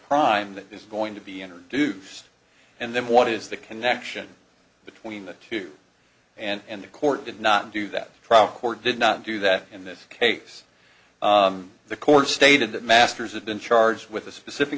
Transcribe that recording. crime that is going to be introduced and then what is the connection between the two and the court did not do that trial court did not do that in this case the court stated that masters have been charged with a specific